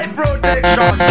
protection